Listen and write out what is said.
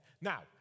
Now